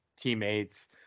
teammates